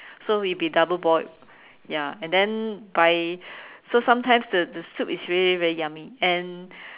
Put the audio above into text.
so will be double boiled ya and then by so sometimes the the soup is really very yummy and